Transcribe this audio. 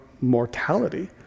mortality